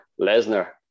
Lesnar